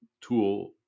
tool